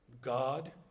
God